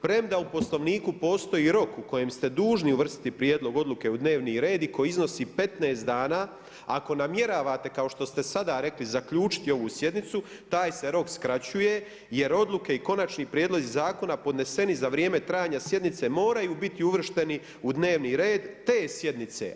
Premda u poslovniku postoji rok u kojem ste dužni uvrstiti prijedlog odluke u dnevni red i koji iznosi 15 dana, a ako namjeravate kao što ste sada rekli zaključiti ovu sjednicu, taj se rok skraćuje, jer odluke i konačni prijedlozi zakona podneseni za vrijeme trajanja sjednice moraju biti uvršteni u dnevni red te sjednice.